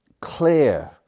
clear